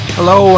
Hello